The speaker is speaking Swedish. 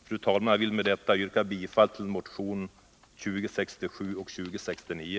Fru talman! Jag vill med detta yrka bifall till motionerna 2067 och 2069,